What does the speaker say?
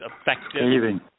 effective